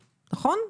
נכון?